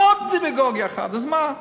עוד דמגוגיה אחת, אז מה.